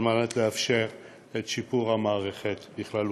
כדי לאפשר את שיפור המערכת בכללותה.